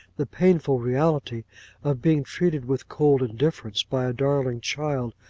the painful reality of being treated with cold indifference by a darling child,